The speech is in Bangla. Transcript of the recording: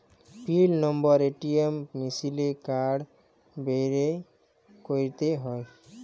পিল লম্বর এ.টি.এম মিশিলে কাড় ভ্যইরে ক্যইরতে হ্যয়